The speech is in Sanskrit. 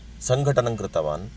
सङ्घटनं कृतवान्